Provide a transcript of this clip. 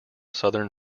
southern